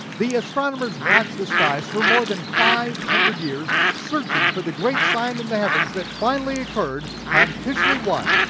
the astronomers watch the skies for more than five hundred years, searching for the great sign in the heavens that finally occurred on tishrei one,